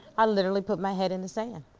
i literally put my head in the sand.